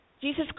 Jesus